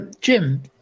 Jim